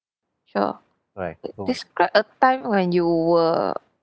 sure describe a time when you were